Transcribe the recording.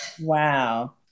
Wow